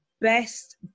Best